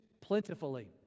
plentifully